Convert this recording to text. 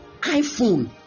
iPhone